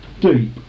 deep